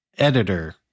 editor